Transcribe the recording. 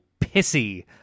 pissy